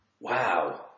Wow